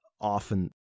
often